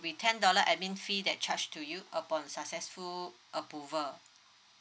be ten dollar admin fee that charged to you upon successful approval